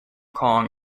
kong